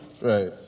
Right